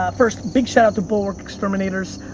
ah first, big shout-out to bulwark exterminators.